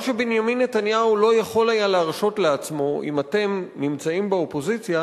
מה שבנימין נתניהו לא יכול היה להרשות לעצמו אם אתם נמצאים באופוזיציה,